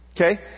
Okay